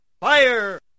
fire